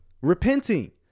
repenting